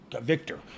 Victor